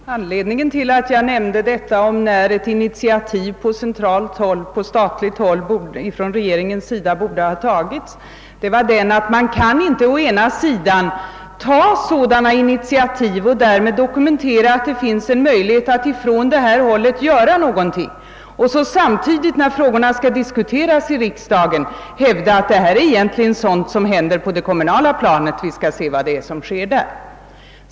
Herr talman! Anledningen till att jag tog upp frågan om när ett initiativ av regeringen borde ha tagits var att man ju inte å ena sidan kan ta sådana initiativ och därmed dokumentera, att det finns möjlighet att göra något från centralt håll och å andra sidan, när frågorna skall diskuteras i riksdagen, hävda att det egentligen rör sig om sådant som skall handläggas på det kommunala planet och att vi skall se efter vad som sker där.